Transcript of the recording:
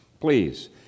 Please